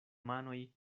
manoj